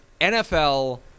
NFL